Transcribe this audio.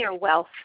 wealth